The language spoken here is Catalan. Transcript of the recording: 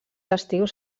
estius